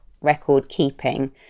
record-keeping